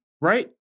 right